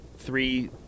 Three